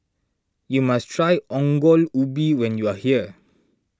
you must try Ongol Ubi when you are here